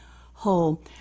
Whole